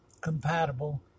compatible